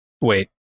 Wait